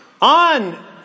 on